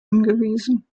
hingewiesen